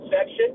section